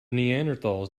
neanderthals